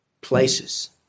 places